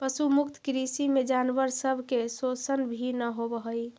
पशु मुक्त कृषि में जानवर सब के शोषण भी न होब हई